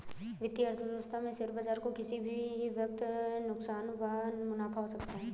वित्तीय अर्थशास्त्र में शेयर बाजार को किसी भी वक्त नुकसान व मुनाफ़ा हो सकता है